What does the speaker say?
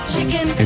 Chicken